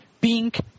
pink